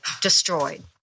destroyed